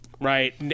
Right